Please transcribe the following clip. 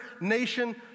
nation